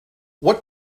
what